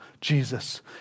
Jesus